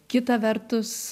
kita vertus